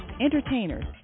entertainers